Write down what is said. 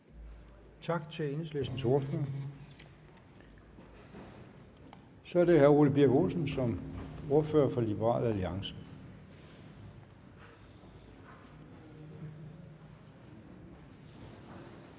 Tak til Enhedslistens ordfører. Så er det hr. Ole Birk Olesen som ordfører for Liberal Alliance.